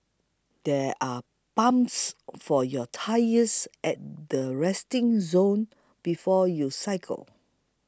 there are pumps for your tyres at the resting zone before you cycle